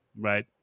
right